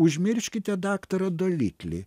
užmirškite daktarą dolitlį